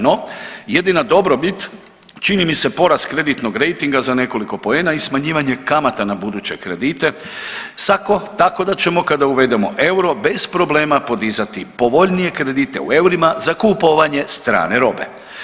No, jedina dobrobit čini mi se porast kreditnog rejtinga za nekoliko poena i smanjivanje kamata na buduće kredite, sa ko, tako da ćemo kada uvedemo euro bez problema podizati povoljnije kredite u eurima za kupovanje strane robe.